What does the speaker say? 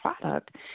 product